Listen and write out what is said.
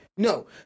No